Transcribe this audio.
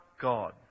God